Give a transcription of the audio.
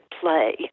play